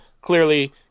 clearly